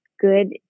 good